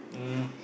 um